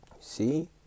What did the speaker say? See